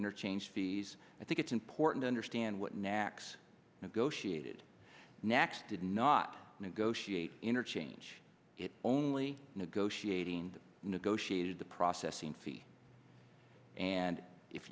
interchange fees i think it's important to understand what next goshi did next did not negotiate interchange it only negotiating and negotiated the processing fee and if